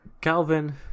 Calvin